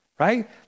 right